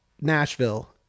Nashville